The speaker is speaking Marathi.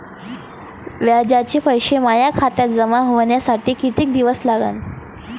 व्याजाचे पैसे माया खात्यात जमा व्हासाठी कितीक दिवस लागन?